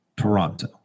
Toronto